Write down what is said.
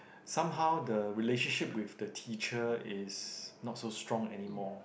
somehow the relationship with the teacher is not so strong anymore